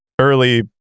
early